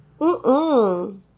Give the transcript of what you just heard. mm-mm